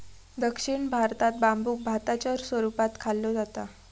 दक्षिण भारतात बांबुक भाताच्या स्वरूपात खाल्लो जाता